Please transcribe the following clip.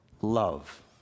love